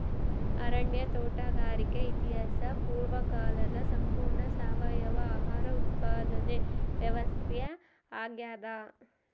ಅರಣ್ಯ ತೋಟಗಾರಿಕೆ ಇತಿಹಾಸ ಪೂರ್ವಕಾಲದ ಸಂಪೂರ್ಣ ಸಾವಯವ ಆಹಾರ ಉತ್ಪಾದನೆ ವ್ಯವಸ್ಥಾ ಆಗ್ಯಾದ